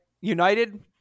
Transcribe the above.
United